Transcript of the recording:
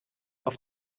auf